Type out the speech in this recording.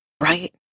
Right